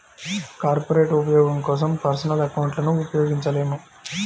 corporate ఉపయోగం కోసం personal అకౌంట్లను ఉపయోగించలేము